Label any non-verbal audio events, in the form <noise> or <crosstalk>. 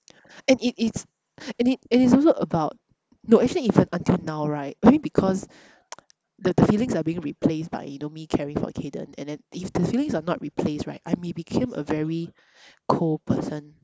and it it's and it it's also about no actually even until now right I mean because <noise> the feelings are being replaced by you know me caring for kayden and then if the feelings are not replaced right I may became a very cold person